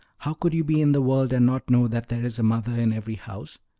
how could you be in the world and not know that there is a mother in every house!